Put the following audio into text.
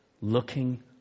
looking